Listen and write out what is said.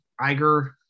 Iger